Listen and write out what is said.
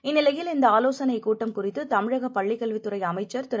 இந்நிலையில் இந்தஆலோசனைகூட்டம் குறித்துதமிழகபள்ளிக்கல்வித்துறைஅமைச்சர் திரு